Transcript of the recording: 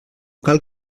cal